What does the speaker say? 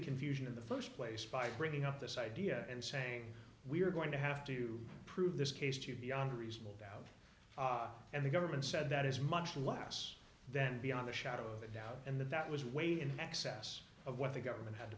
confusion in the first place by bringing up this idea and saying we are going to have to prove this case to beyond a reasonable doubt and the government said that is much less than beyond a shadow of a doubt and that that was way in excess of what the government had to